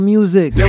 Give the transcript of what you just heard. Music